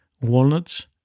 walnuts